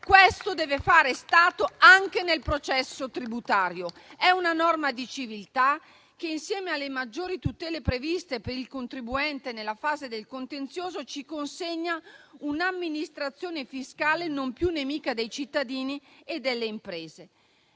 questo deve fare stato anche nel processo tributario. È una norma di civiltà che, insieme alle maggiori tutele previste per il contribuente nella fase del contenzioso, ci consegna un'amministrazione fiscale non più nemica dei cittadini e delle imprese.